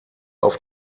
auf